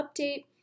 update